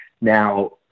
Now